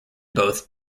both